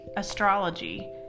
astrology